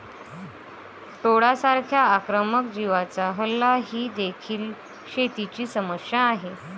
टोळांसारख्या आक्रमक जीवांचा हल्ला ही देखील शेतीची समस्या आहे